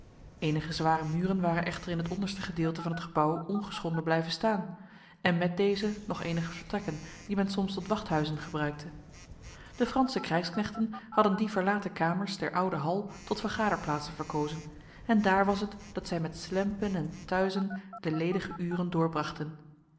enige zware muren waren echter in het onderste gedeelte van het gebouw ongeschonden blijven staan en met deze nog enige vertrekken die men soms tot wachthuizen gebruikte de franse krijgsknechten hadden die verlaten kamers der oude hal tot vergaderplaatsen verkozen en daar was het dat zij met slempen en tuisen de ledige uren